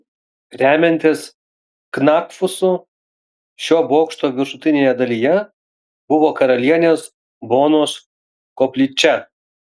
remiantis knakfusu šio bokšto viršutinėje dalyje buvo karalienės bonos koplyčia